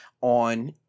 on